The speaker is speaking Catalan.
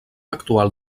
actual